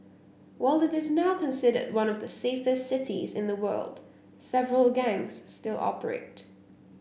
while it is now considered one of the safest cities in the world several gangs still operate